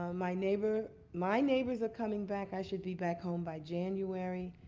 my neighbors my neighbors are coming back. i should be back home by january.